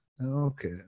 Okay